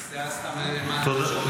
זה היה סתם למען התקשורת?